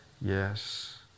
yes